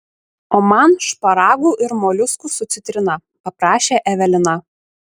o man šparagų ir moliuskų su citrina paprašė evelina